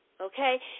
okay